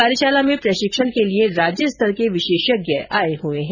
कार्यशाला में प्रशिक्षण के लिए राज्यस्तर के विशेषज्ञ आए है